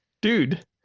Dude